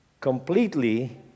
completely